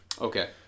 Okay